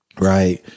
right